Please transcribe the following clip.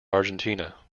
argentina